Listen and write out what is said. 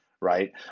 right